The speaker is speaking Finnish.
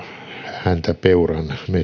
valkohäntäpeuran